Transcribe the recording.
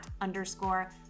underscore